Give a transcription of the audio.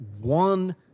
one